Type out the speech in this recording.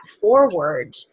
forward